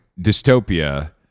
dystopia